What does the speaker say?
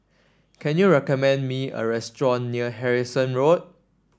can you recommend me a restaurant near Harrison Road